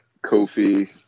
Kofi